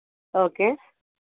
okay